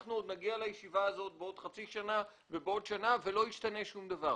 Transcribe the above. אנחנו נגיע לישיבה הזאת בעוד חצי שנה ובעוד שנה ולא ישתנה שום דבר.